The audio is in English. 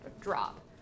drop